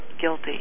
guilty